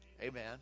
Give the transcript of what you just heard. amen